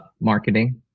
marketing